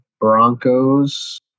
Broncos